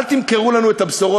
אל תמכרו לנו את הבשורות,